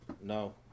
No